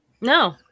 No